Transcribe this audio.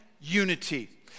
unity